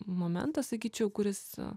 momentas sakyčiau kuris